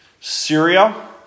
Syria